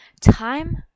Time